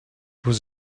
was